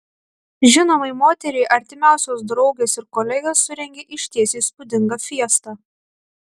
žinomai moteriai artimiausios draugės ir kolegės surengė išties įspūdingą fiestą